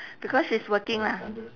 because she is working lah